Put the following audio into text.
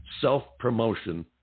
self-promotion